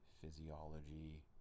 physiology